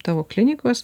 tavo klinikos